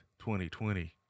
2020